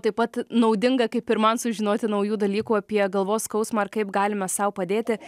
taip pat naudinga kaip ir man sužinoti naujų dalykų apie galvos skausmą ir kaip galime sau padėti